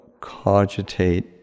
cogitate